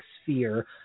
sphere